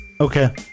Okay